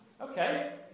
Okay